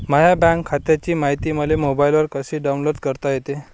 माह्या बँक खात्याची मायती मले मोबाईलवर कसी डाऊनलोड करता येते?